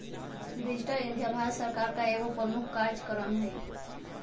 digital India Bharat सरकार का एगो प्रमुख काजक्रम हइ